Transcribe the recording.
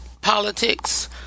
politics